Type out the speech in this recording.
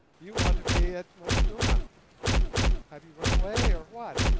you ought to be at m'arstuna have you run away, or what